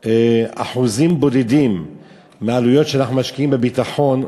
אחוזים בודדים מהעלויות שאנחנו משקיעים בביטחון,